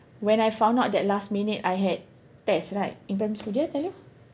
when I found out that last minute I had test right in primary school did I tell you